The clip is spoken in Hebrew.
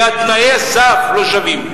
כי תנאי הסף לא שווים.